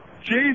Jesus